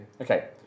Okay